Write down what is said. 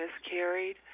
miscarried